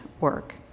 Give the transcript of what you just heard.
work